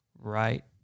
right